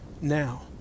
now